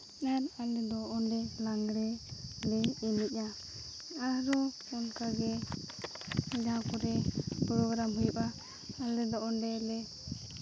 ᱟᱨ ᱟᱞᱮ ᱫᱚ ᱚᱸᱰᱮ ᱞᱟᱜᱽᱬᱮ ᱞᱮ ᱮᱱᱮᱡᱼᱟ ᱟᱨᱚ ᱚᱱᱠᱟᱜᱮ ᱡᱟᱦᱟᱸ ᱠᱚᱨᱮ ᱯᱨᱚᱜᱨᱟᱢ ᱦᱩᱭᱩᱜᱼᱟ ᱟᱞᱮ ᱫᱚ ᱚᱸᱰᱮᱞᱮ